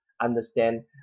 understand